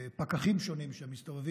פקחים שונים שמסתובבים,